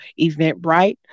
eventbrite